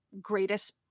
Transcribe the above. greatest